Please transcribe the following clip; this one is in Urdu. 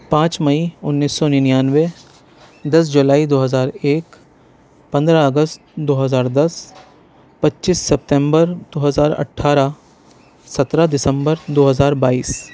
پانچ مئی انیس سو ننانوے دس جولائی دو ہزار ایک پندرہ اگست دو ہزار دس پچس سیپتمبر دو ہزار اٹھارہ سترہ دسمبر دو ہزار بائیس